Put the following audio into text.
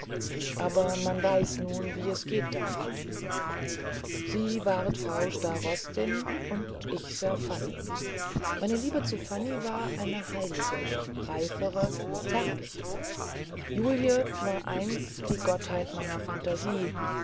aber man weiß nun wie es damit geht sie ward frau starostin und ich sah fanny meine liebe zu fanny war eine heiligere reifere zärtlichere julie war einst die gottheit meiner phantasie